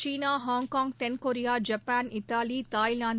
சீனா Hong Kong தென்கொரியா Japan Italy Thailand